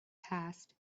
passed